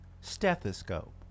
stethoscope